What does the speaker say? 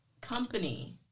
Company